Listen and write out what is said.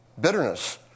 Bitterness